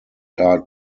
are